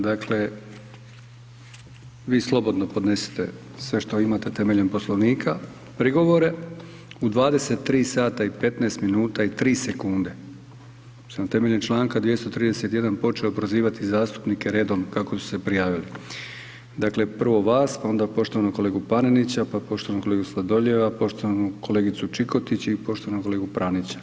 Dakle vi slobodno podnesite sve što imate temeljem Poslovnika, prigovore, u 23h i 15 minuta i 3 sekunde sam temeljem članka 231. počeo prozivati zastupnike redom kako su se prijavili, dakle prvo vas pa onda poštovanog kolegu Panenića, pa poštovanog kolegu Sladoljeva, poštovanu kolegicu Čikotić i poštovanog kolegu Pranića.